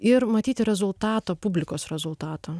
ir matyti rezultatą publikos rezultatą